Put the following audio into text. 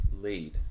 lead